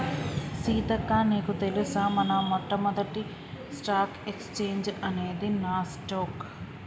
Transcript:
సీతక్క నీకు తెలుసా మన మొట్టమొదటి స్టాక్ ఎక్స్చేంజ్ అనేది నాస్ డొక్